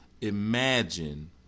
imagine